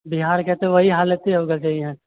बिहारके तऽ वहि हालते हो गेल छै